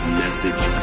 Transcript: message